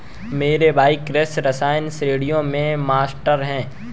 मेरा भाई कृषि रसायन श्रेणियों में मास्टर है